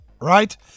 right